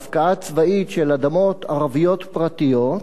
ההפקעה הצבאית של אדמות ערביות פרטיות,